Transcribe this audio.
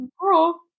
girl